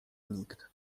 nikt